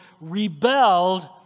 rebelled